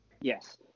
Yes